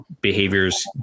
behaviors